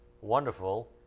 wonderful